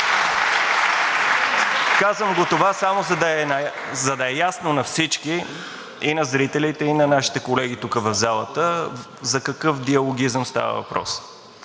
Казвам това само за да е ясно на всички – и на зрителите, и на нашите колеги тук, в залата, за какъв диалогизъм става въпрос.